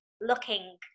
looking